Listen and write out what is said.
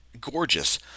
gorgeous